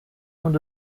und